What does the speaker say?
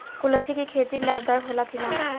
कुलथी के खेती लाभदायक होला कि न?